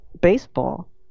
baseball